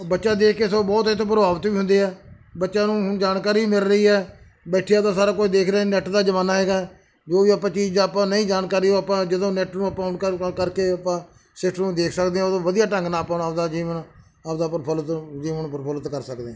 ਬੱਚਾ ਦੇਖ ਕੇ ਸਗੋਂ ਬਹੁਤ ਇਹ ਤੋਂ ਪ੍ਰਭਾਵਿਤ ਵੀ ਹੁੰਦੇ ਆ ਬੱਚਿਆਂ ਨੂੰ ਹੁਣ ਜਾਣਕਾਰੀ ਮਿਲ ਰਹੀ ਹੈ ਬੈਠੇ ਆ ਤਾਂ ਸਾਰਾ ਕੁਝ ਦੇਖ ਰਹੇ ਨੈੱਟ ਦਾ ਜ਼ਮਾਨਾ ਹੈਗਾ ਜੋ ਵੀ ਆਪਾਂ ਚੀਜ਼ ਆਪਾਂ ਨਹੀਂ ਜਾਣਕਾਰੀ ਉਹ ਆਪਾਂ ਜਦੋਂ ਨੈਟ ਨੂੰ ਆਪਾਂ ਓਨ ਕਰਕੇ ਆਪਾਂ ਸਿਸਟਮ ਨੂੰ ਦੇਖ ਸਕਦੇ ਹਾਂ ਉਦੋਂ ਵਧੀਆ ਢੰਗ ਨਾਲ ਆਪਾਂ ਨੂੰ ਆਪਦਾ ਜੀਵਨ ਆਪਦਾ ਪ੍ਰਫੁੱਲਤ ਜੀਵਨ ਪ੍ਰਫੁੱਲਤ ਕਰ ਸਕਦੇ ਹਾਂ